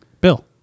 bill